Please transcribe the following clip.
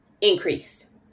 increased